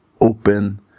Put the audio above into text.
open